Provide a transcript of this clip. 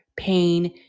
pain